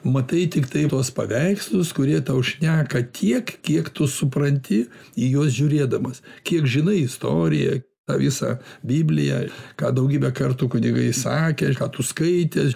matai tiktai tuos paveikslus kurie tau šneka tiek kiek tu supranti į juos žiūrėdamas kiek žinai istoriją tą visą bibliją ką daugybę kartų kunigai sakė ir ką tu užskaitęs